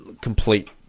complete